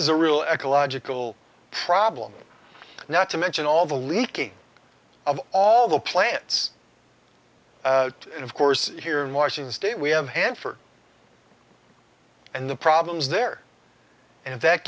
is a real ecological problem not to mention all the leaking of all the plants and of course here in washington state we have hanford and the problems there and that